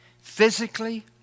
physically